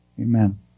Amen